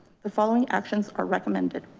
the following actions are recommended.